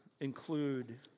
include